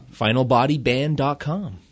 Finalbodyband.com